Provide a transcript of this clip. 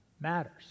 matters